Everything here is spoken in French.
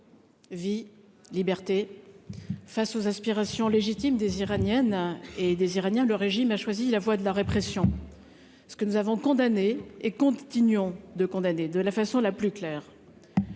Vie, Liberté »: face aux aspirations légitimes des Iraniennes et des Iraniens, le régime a choisi la voie de la répression, ce que nous avons condamné et continuons de condamner de la façon la plus claire.